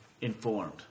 informed